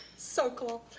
so cool.